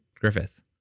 Griffith